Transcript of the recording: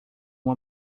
uma